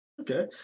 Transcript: Okay